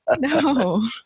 No